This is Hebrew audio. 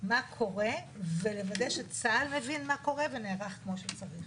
מה קורה ולוודא שצה"ל מבין מה קורה ונערך כמו שצריך.